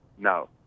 No